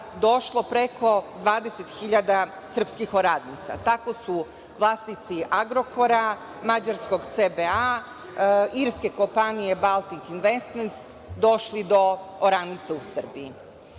došlo preko 20.000 srpskih oranica. Tako su vlasnici „Agrokora“ mađarskog CBA, irske kompanije „Baltik investmens“ došli do oranica u Srbiji. Zakon